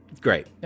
great